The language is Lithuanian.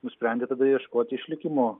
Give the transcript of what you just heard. nusprendė tada ieškoti išlikimo